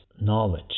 knowledge